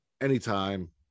anytime